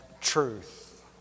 truth